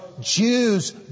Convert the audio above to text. Jews